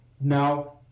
now